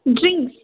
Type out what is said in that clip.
drink